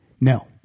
No